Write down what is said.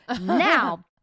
Now